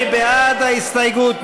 מי בעד ההסתייגות?